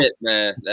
Man